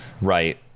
right